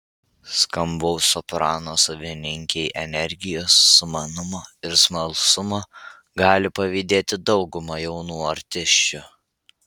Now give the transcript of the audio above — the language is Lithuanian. skambaus soprano savininkei energijos sumanumo ir smalsumo gali pavydėti dauguma jaunų artisčių